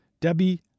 Debbie